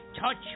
touch